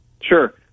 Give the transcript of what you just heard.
Sure